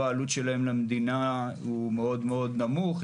העלות שלהם למדינה היא מאוד מאוד נמוכה,